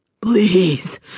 Please